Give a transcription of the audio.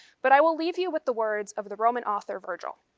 but i will leave you with the words of the roman author virgil.